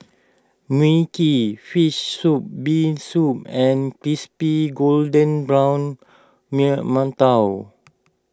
Mui Kee Fish Soup Bee Soup and Crispy Golden Brown Mantou